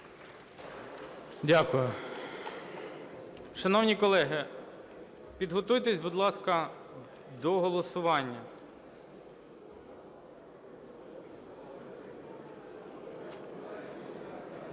Дякую. Шановні колеги, підготуйтесь, будь ласка, до голосування.